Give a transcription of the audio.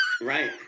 Right